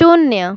शून्य